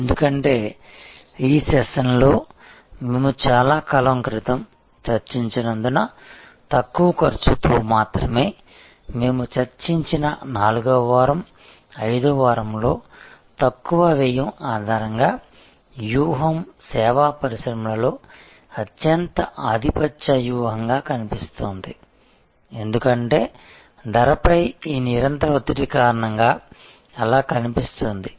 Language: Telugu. ఎందుకంటే ఈ సెషన్లో మేము చాలా కాలం క్రితం చర్చించినందున తక్కువ ఖర్చులతో మాత్రమే మేము చర్చించిన 4 వ వారం 5 వ వారంలో తక్కువ వ్యయం ఆధారంగా వ్యూహం సేవా పరిశ్రమలలో అత్యంత ఆధిపత్య వ్యూహంగా కనిపిస్తోంది ఎందుకంటే ధరపై ఈ నిరంతర ఒత్తిడి కారణంగా అలా కనిపిస్తుంది